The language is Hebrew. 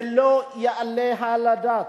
זה לא יעלה על הדעת,